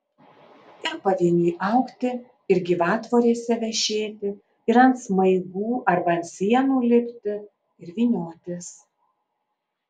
ir pavieniui augti ir gyvatvorėse vešėti ir ant smaigų arba ant sienų lipti ir vyniotis